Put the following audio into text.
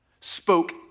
spoke